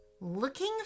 Looking